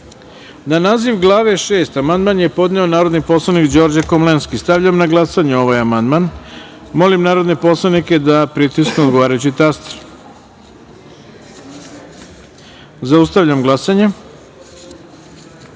amandman. Na član 60. amandman je podneo narodni poslanik Đorđe Komlenski. Stavljam na glasanje ovaj amandman. Molim narodne poslanike da pritisnu odgovarajući taster. Zaustavljam glasanje: